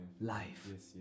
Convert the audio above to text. Life